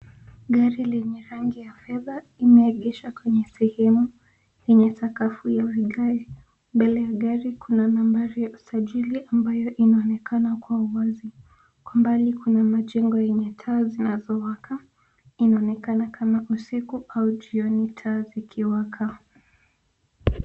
Gari lenye rangi ya fedha imeegeshwa kwenye sehemu yenye sakafu ya vigae. Mbele ya gari kuna nambari ya usajili ambayo inaonekana kwa uwazi. Kwa mbali kuna majengo yenye taa zinazowaka inaonekana kama usiku au jioni taa zikiwaka.